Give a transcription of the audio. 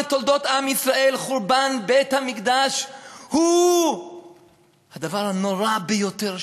בתולדות עם ישראל חורבן בית-המקדש הוא הדבר הנורא ביותר שיש.